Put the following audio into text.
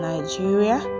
Nigeria